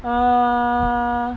err